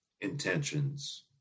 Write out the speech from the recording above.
intentions